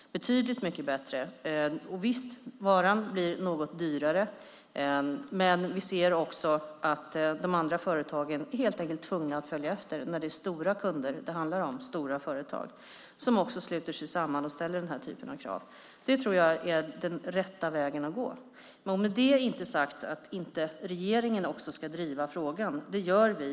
Visst, varan blir något dyrare, men vi ser att de andra företagen helt enkelt blir tvungna att följa efter. Det är stora kunder det handlar om, stora företag som sluter sig samman och ställer den här typen av krav. Det tror jag är den rätta vägen att gå. Med det inte sagt att inte regeringen ska driva frågan, och vi gör det.